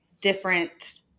different